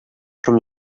from